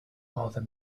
other